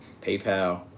PayPal